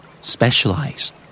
specialize